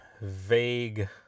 vague